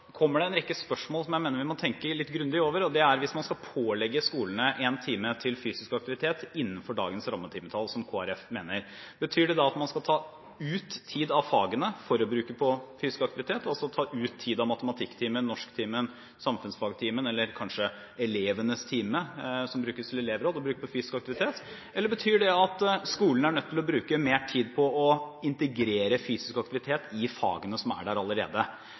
kommer det en rekke spørsmål som jeg mener vi må tenke litt grundig over, og det er: Hvis man skal pålegge skolene en time til fysisk aktivitet innenfor dagens rammetimetall, som Kristelig Folkeparti mener, betyr det da at man skal ta ut tid av fagene for å bruke på fysisk aktivitet, altså ta ut tid av matematikktimen, norsktimen, samfunnsfagtimen eller kanskje elevenes time, som brukes til elevråd, og bruke det til fysisk aktivitet? Eller betyr det at skolene er nødt til å bruke mer tid på å integrere fysisk aktivitet i fagene som er der allerede?